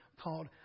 called